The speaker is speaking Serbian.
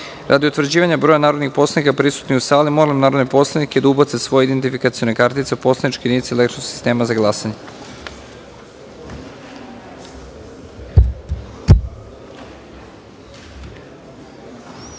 utvrđivanja broja narodnih poslanika prisutnih u sali, molim narodne poslanike da ubace svoje identifikacione kartice u poslaničke jedinice elektronskog sistema za